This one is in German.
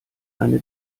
eine